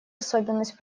особенность